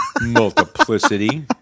Multiplicity